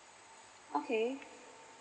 okay